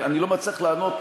אני לא מצליח לענות,